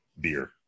beer